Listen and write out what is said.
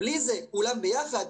כולם ביחד,